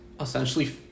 essentially